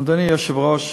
אדוני היושב-ראש,